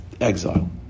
exile